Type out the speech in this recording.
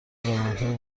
روندهایی